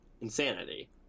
insanity